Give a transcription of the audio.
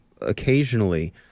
occasionally